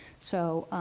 so,